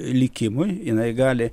likimui jinai gali